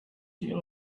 you